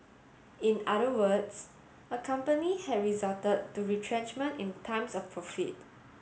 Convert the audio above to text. in other words a company had resort to retrenchment in times of profit